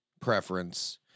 preference